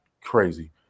crazy